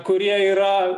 kurie yra